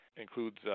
includes